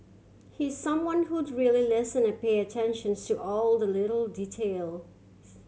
he's someone whose really listen and pay attention to all the little details